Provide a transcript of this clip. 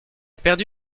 perdu